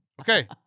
Okay